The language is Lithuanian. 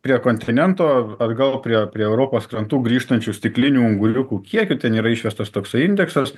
prie kontinento atgal prie prie europos krantų grįžtančių stiklinių ūgliukų kiekiu ten yra išvestas toksai indeksas